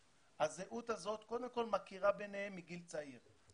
הזהות הזאת קודם כל מכירה ביניהם מגיל צעיר,